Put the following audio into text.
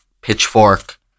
Pitchfork